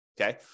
Okay